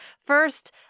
first